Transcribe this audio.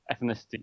ethnicity